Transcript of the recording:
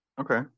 okay